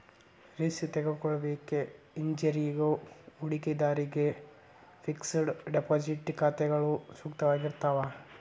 risk ತೆಗೆದುಕೊಳ್ಳಿಕ್ಕೆ ಹಿಂಜರಿಯೋ ಹೂಡಿಕಿದಾರ್ರಿಗೆ ಫಿಕ್ಸೆಡ್ ಡೆಪಾಸಿಟ್ ಖಾತಾಗಳು ಸೂಕ್ತವಾಗಿರ್ತಾವ